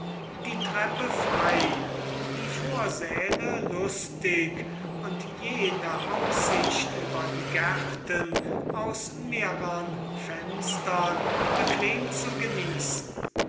die treppe frei die vorsäle lustig und jene aussicht über die gärten aus mehrern fenstern bequem zu genießen